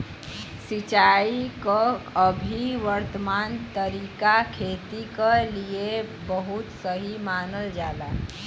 सिंचाई क अभी वर्तमान तरीका खेती क लिए बहुत सही मानल जाला